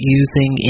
using